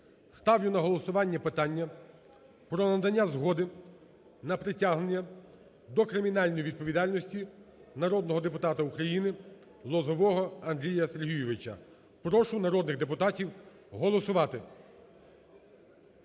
ставлю на голосування питання про надання згоди на притягнення до кримінальної відповідальності народного депутата України Лозового Андрія Сергійовича. Прошу народних депутатів голосувати.